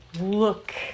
look